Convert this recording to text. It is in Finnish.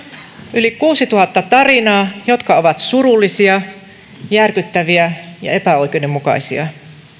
yli kuusituhatta tarinaa jotka ovat surullisia järkyttäviä ja epäoikeudenmukaisia